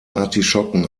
artischocken